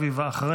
ואחריה,